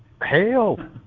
hell